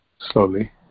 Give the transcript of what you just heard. slowly